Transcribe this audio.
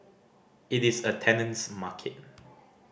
it is a tenant's market